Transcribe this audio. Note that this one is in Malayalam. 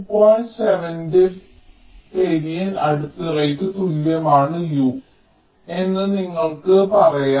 7 ന്റെ നേപെരിയൻ അടിത്തറയ്ക്ക് തുല്യമാണ് U എന്ന് നിങ്ങൾക്ക് പറയാം